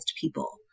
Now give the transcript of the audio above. people